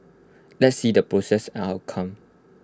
let's see the process and outcome